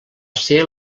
ser